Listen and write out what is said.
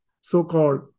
so-called